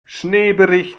schneebericht